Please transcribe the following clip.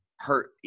hurt